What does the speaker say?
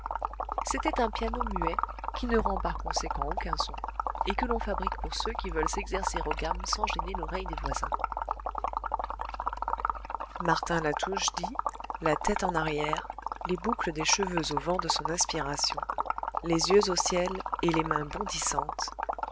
c'était un piano muet qui ne rend par conséquent aucun son et que l'on fabrique pour ceux qui veulent s'exercer aux gammes sans gêner l'oreille des voisins martin latouche dit la tête en arrière les boucles des cheveux au vent de son inspiration les yeux au ciel et les mains bondissantes